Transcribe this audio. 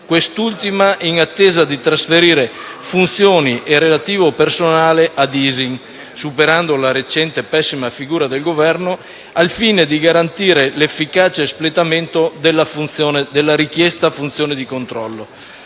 quest'ultima in attesa di trasferire funzioni e relativo personale a ISIN, superando la recente pessima figura del Governo, al fine di garantire l'efficace espletamento della richiesta a funzione di controllo.